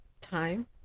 time